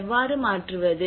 எவ்வாறு மாற்றுவது